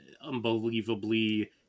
unbelievably